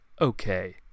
okay